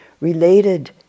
related